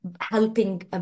helping